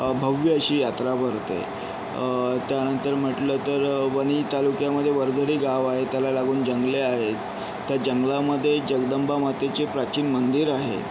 भव्य अशी यात्रा भरते त्यानंतर म्हटलं तर वणी तालुक्यामध्ये वर्झडी गाव आहे त्याला लागून जंगले आहेत त्या जंगलामध्ये जगदंबा मातेचे प्राचीन मंदिर आहे